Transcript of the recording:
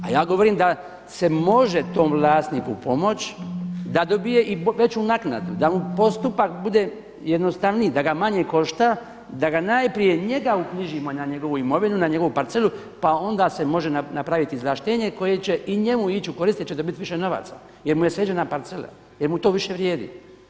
A ja govorim da se može tom vlasniku pomoći da dobije i veću naknadu, da mu postupak bude jednostavniji, da ga manje košta, da najprije njega uknjižimo na njegovu imovinu na njegovu parcelu pa onda se može napraviti izvlaštenje koje će i njemu ići u korist jer će dobiti više novaca jer mu je sređena parcela jer mu to više vrijedi.